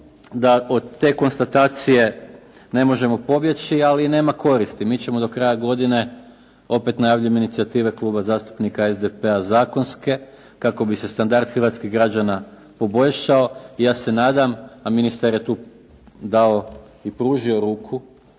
da od te konstatacije ne možemo pobjeći, ali nema koristi. Mi ćemo do kraja godine opet najavljujem inicijative Kluba zastupnika SDP-a zakonske, kako bi se standard hrvatskih građana poboljšao. Ja se nadam, a ministar je tu dao i pružio ruku